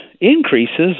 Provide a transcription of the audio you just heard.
increases